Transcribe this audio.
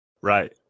right